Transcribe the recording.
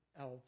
else